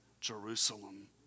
Jerusalem